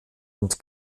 und